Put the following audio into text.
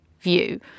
view